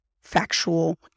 factual